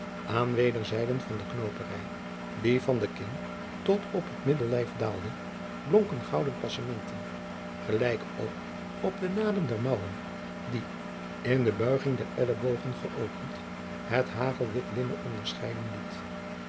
aan wederzijden van de knoopenrij die van de kin tot op het middellijf daalde blonken gouden passementen gelijk ook op de naden jacob van lennep de pleegzoon der mouwen die in de buiging der elboogen geöpend het hagelwit linnen onderscheiden lieten